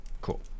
Cool